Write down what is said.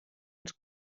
ens